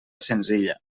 senzilla